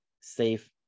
safe